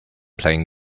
playing